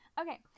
Okay